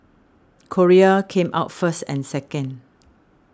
Korea came out first and second